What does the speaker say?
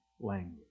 language